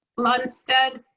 lunstead.